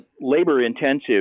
labor-intensive